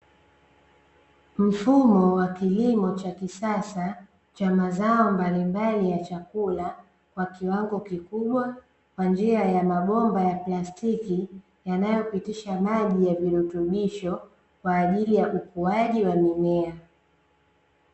Mfumo wa kilimo cha kisasa cha mazao mbalimbali ya chakula kwa kiwango kikubwa kwa njia ya mabomba ya plastiki yanayopitisha maji ya virutubisho kwa ajili ya ukuaji wa mimea.